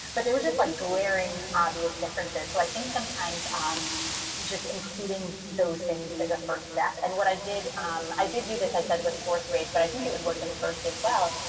but there was just like glaring, obvious differences. so i think sometimes um just including those things is a first step. and what i did um i did do this, i said with fourth grade, but i think it would work in first as well,